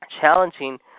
challenging